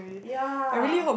ya